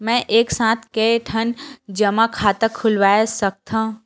मैं एक साथ के ठन जमा खाता खुलवाय सकथव?